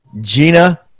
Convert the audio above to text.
Gina